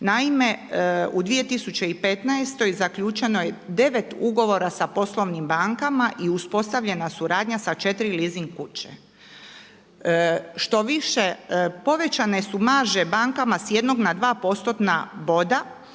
Naime, u 2015. zaključeno je 9 ugovora sa poslovnim bankama i uspostavljena suradnja sa 4 leasing kuće. Štoviše povećane su marže bankama s jednog na dva postotna boda